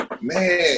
Man